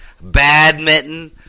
badminton